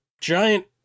giant